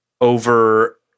Over